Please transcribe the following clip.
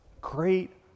Great